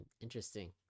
Interesting